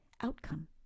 outcome